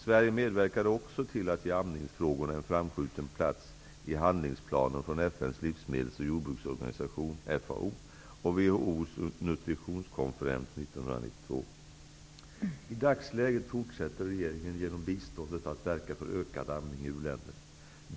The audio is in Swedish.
Sverige medverkade också till att ge amningsfrågorna en framskjuten plats i handlingsplanen från FN:s livsmedels och jordbruksorganisation, FAO, och WHO:s nutritionskonferens 1992. I dagsläget fortsätter regeringen genom biståndet att verka för ökad amning i u-länderna.